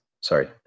Sorry